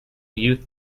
youth